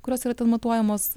kurios yra ten matuojamos